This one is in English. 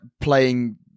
playing